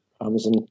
Amazon